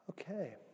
okay